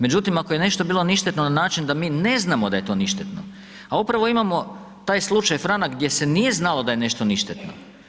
Međutim, ako je nešto bilo ništetno na način da mi ne znamo da je to ništetno, a upravo imamo taj slučaj franak gdje se nije znalo da je nešto ništetno.